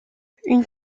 une